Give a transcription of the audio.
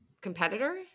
competitor